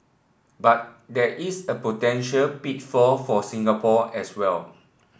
but there is a potential pitfall for Singapore as well